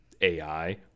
AI